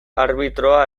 arbitroa